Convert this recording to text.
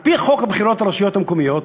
על-פי חוק הרשויות המקומיות,